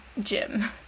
gym